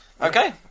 Okay